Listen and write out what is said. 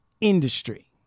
industry